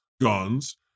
guns